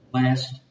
last